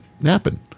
napping